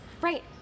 Right